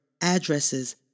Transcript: addresses